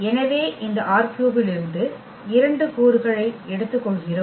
எனவே இந்த ℝ3 இலிருந்து இரண்டு கூறுகளை எடுத்துக்கொள்கிறோம்